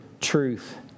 truth